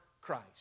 Christ